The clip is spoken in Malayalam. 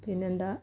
പിന്നെന്താണ്